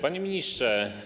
Panie Ministrze!